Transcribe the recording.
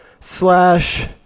slash